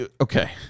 okay